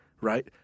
right